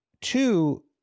Two